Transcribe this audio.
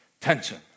Tension